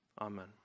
amen